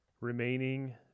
remaining